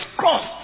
cross